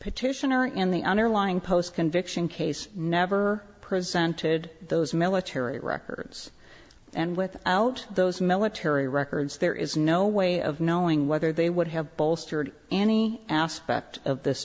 petitioner in the underlying post conviction case never presented those military records and without those military records there is no way of knowing whether they would have bolstered any aspect of this